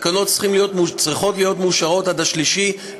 התקנות צריכות להיות מאושרות עד 3 ביולי,